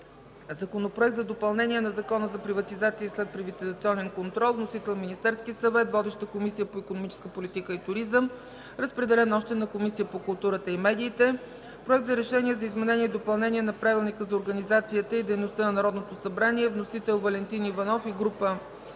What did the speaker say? Законопроект за допълнение на Закона за приватизация и следприватизационен контрол. Вносител – Министерският съвет. Водеща е Комисията по икономическа политика и туризъм. Разпределен е на Комисията по културата и медиите. Проект за решение за изменение и допълнение на Правилника за организацията и дейността на Народното събрание. Вносители – Валентин Николов Иванов и група